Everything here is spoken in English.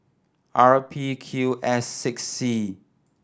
R P Q S six C